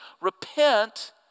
Repent